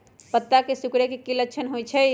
पत्ता के सिकुड़े के की लक्षण होइ छइ?